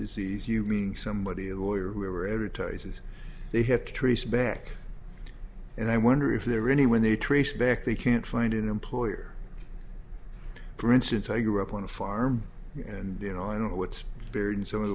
disease you mean somebody lawyer who were added to it says they have to trace back and i wonder if there are any when they trace back they can't find an employer for instance i grew up on a farm and you know i don't know what they're in some of